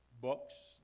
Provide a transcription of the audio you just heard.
books